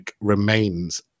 remains